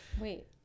Wait